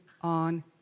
on